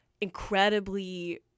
incredibly